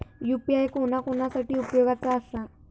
UPI कोणा कोणा साठी उपयोगाचा आसा?